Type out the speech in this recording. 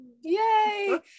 Yay